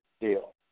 deal